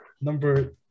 number